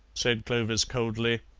said clovis coldly.